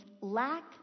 lack